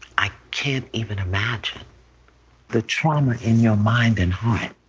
i can't even imagine the trauma in your mind and heart.